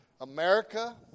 America